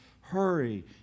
hurry